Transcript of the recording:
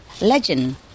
Legend